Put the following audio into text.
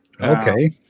Okay